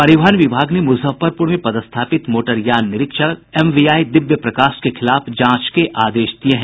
परिवहन विभाग ने मुजफ्फरपूर में पदस्थापित मोटर यान निरीक्षक एमवीआई दिव्य प्रकाश के खिलाफ जांच के आदेश दिये हैं